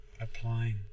applying